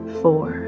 four